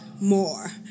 more